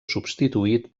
substituït